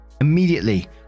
immediately